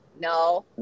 No